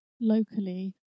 locally